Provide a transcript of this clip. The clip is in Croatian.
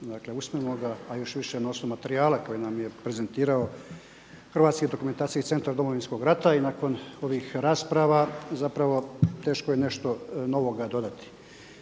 usmenoga a još više na osnovi materijala koji nam je prezentirao Hrvatski dokumentacijski centar Domovinskog rata i i nakon ovih rasprava zapravo teško je nešto novoga dodati.